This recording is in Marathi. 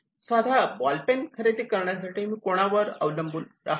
साधा बॉल पेन खरेदी करण्यासाठी मी कोणावर अवलंबून रहावे